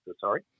sorry